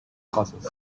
causes